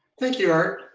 thank you art.